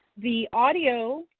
the audio